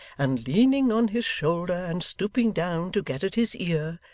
and leaning on his shoulder and stooping down to get at his ear,